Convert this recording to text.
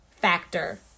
factor